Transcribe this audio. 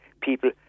people